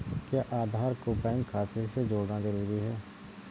क्या आधार को बैंक खाते से जोड़ना जरूरी है?